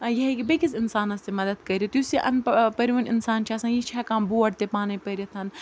یہِ ہیٚکہِ بیٚکِس اِنسانَس تہِ مَدَد کٔرِتھ یُس یہِ اَن پَہ پٔرۍوُن اِنسان چھِ آسان یہِ چھِ ہٮ۪کان بوڑ تہِ پانَے پٔرِتھ